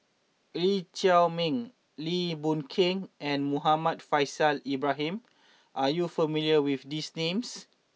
Lee Chiaw Meng Lim Boon Keng and Muhammad Faishal Ibrahim are you not familiar with these names